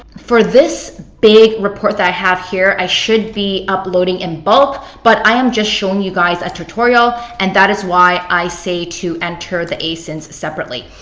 for this big report that i have here, i should be uploading in bulk. but i am just showing you guys a tutorial and that is why i say to enter the asins separately.